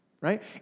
right